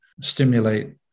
stimulate